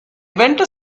went